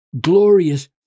glorious